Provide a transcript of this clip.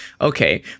okay